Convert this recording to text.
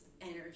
energy